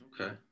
Okay